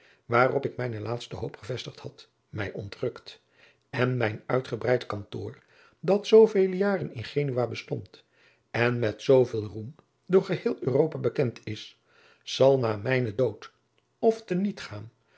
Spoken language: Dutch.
waarop ik mijne laatste hoop gevestigd had mij ontrukt en mijn uitgebreid kantoor dat zoovele jaren in genua bestond en met zooveel roem door geheel europa bekend is zal na mijnen dood of te niet gaan